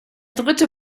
dritte